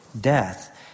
death